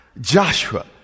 Joshua